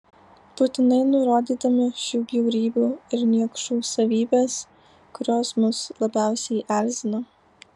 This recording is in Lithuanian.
būtinai nurodydami šių bjaurybių ir niekšų savybes kurios mus labiausiai erzina